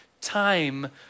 time